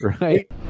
Right